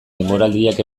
denboraldiak